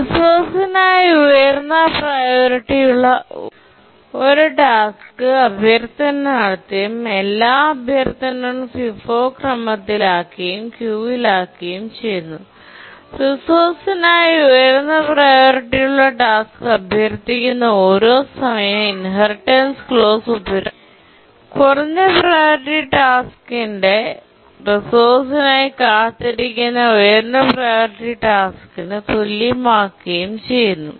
റിസോഴ്സിനായി ഉയർന്ന പ്രിയോറിറ്റിയുള്ള ടാസ്ക് അഭ്യർത്ഥിക്കുന്ന ഓരോ സമയത്തും ഇൻഹെറിറ്റൻസ് ക്ലോസ് പ്രയോഗിക്കുകയും കുറഞ്ഞ പ്രിയോറിറ്റി ടാസ്ക്കിന്റെ low priority tasks priority റിസോഴ്സിനായി കാത്തിരിക്കുന്ന ഉയർന്ന പ്രിയോറിറ്റി ടാസ്ക്കിന് തുല്യമാക്കുകയും ചെയ്യുന്നു